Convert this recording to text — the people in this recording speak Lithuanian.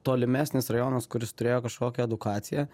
tolimesnis rajonas kuris turėjo kažkokią edukaciją